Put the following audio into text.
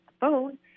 phone